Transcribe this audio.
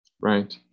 Right